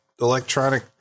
electronic